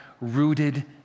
rooted